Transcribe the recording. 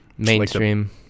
Mainstream